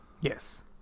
Yes